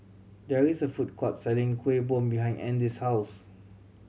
there is a food court selling Kuih Bom behind Andy's house